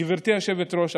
גברתי היושבת-ראש,